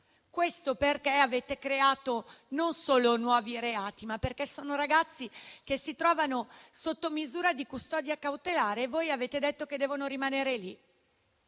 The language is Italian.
solo perché avete creato nuovi reati, ma anche perché sono ragazzi che si trovano sotto misura di custodia cautelare e voi avete detto che devono rimanere lì.